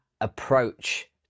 approach